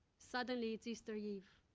suddenly it's easter eve.